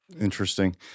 Interesting